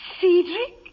Cedric